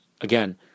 Again